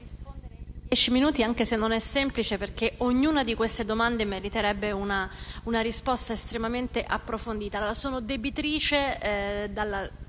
minuti anche se non è semplice, perché ognuna di queste domande meriterebbe una risposta estremamente approfondita. Sono debitrice dalla